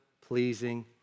pleasing